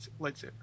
lightsaber